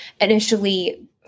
initially